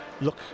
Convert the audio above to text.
look